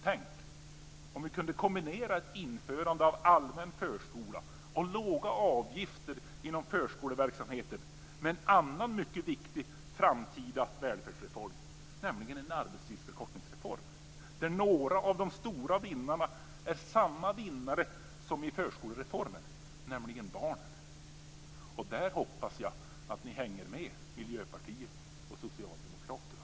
Tänk om vi kunde kombinera ett införande av allmän förskola och låga avgifter inom förskoleverksamheten med en annan mycket viktig framtida välfärdsreform, nämligen en arbetstidsförkortningsreform där några av de stora vinnarna är samma vinnare som i förskolereformen, nämligen barnen. Där hoppas jag att ni hänger med i Miljöpartiet och Socialdemokraterna, eller hur?